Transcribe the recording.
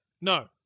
No